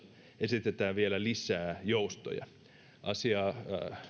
esitetään vielä lisää joustoja asiaa